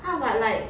!huh! but like